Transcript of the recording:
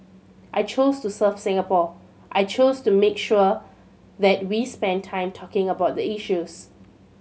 I chose to serve Singapore I chose to make sure that we spend time talking about the issues